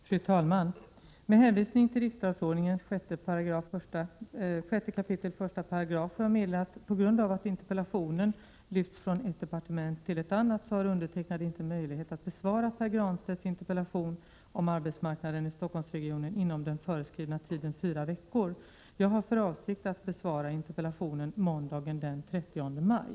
Fru talman! Med hänvisning till riksdagsordningens 6 kap. 1§ får jag meddela att jag på grund av att interpellationen lyfts från ett departement till ett annat inte har möjlighet att besvara Pär Granstedts interpellation om arbetsmarknaden i Stockholmsregionen inom den föreskrivna tiden fyra veckor. Jag har för avsikt att besvara interpellationen måndagen den 30 maj.